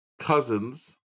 cousins